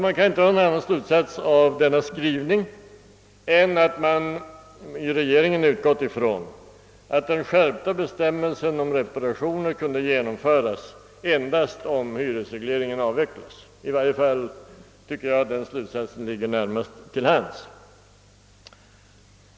Man kan inte dra någon annan slutsats av denna skrivning än att regeringen utgått från att den skärpta bestämmelsen om reparationer kunde genomföras endast om hyresregleringen avvecklas — i varje fall tycker jag att denna slutsats ligger närmast till hands.